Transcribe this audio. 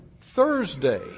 Thursday